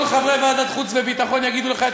כל חברי ועדת החוץ והביטחון יגידו לך את